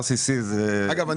אגב,